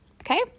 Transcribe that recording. Okay